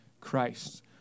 Christ